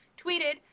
tweeted